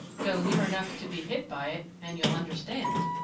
go near enough to be hit by it, and you'll understand,